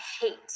hate